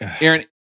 Aaron